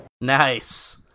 Nice